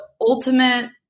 ultimate